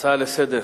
ההצעה לסדר-היום: